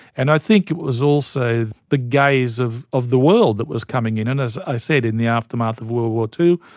and i think it was also the gaze of of the world that was coming in. and as i said, in the aftermath of world war ii,